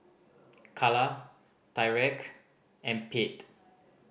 Calla Tyreke and Pate